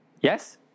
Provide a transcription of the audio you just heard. Yes